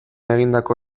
egindako